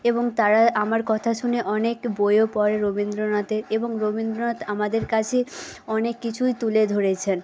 এবং তারা আমার কথা শুনে অনেক বইও পড়ে রবীন্দ্রনাথের এবং রবীন্দ্রনাথ আমাদের কাছে অনেক কিছুই তুলে ধরেছেন